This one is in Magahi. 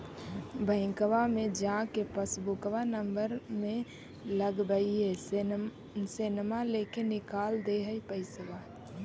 बैंकवा मे जा के पासबुकवा नम्बर मे लगवहिऐ सैनवा लेके निकाल दे है पैसवा?